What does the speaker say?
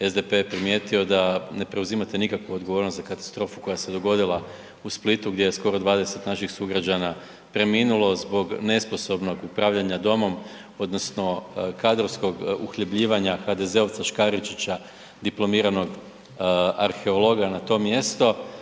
SDP je primijetio da ne preuzimate nikakvu odgovornost za katastrofu koja se dogodila u Splitu gdje je skoro 20 naših sugrađana preminulo zbog nesposobnog upravljanja domom, odnosno kadrovskog uhljebljivanja HDZ-ovca Škaričića, dipl. arheologa na to mjesto